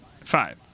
Five